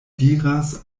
diras